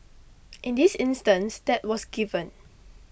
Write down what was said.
in this instance that was given